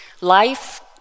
Life